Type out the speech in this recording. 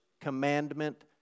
commandment